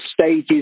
stages